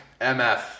mf